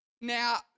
now